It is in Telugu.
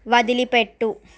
వదిలిపెట్టు